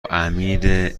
امیر